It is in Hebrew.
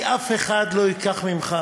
כי אף אחד לא ייקח ממך